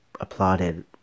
applauded